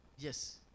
Yes